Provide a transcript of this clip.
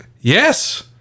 Yes